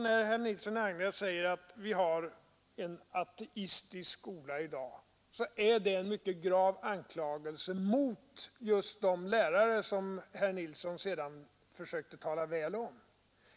När herr Nilsson i Agnäs det en mycket grav anklagelse emot just de lärare som herr Nilsson sedan försökte tala väl om.